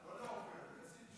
לא, לא, גם כסיף,